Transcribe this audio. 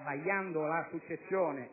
sbagliando la successione